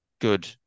good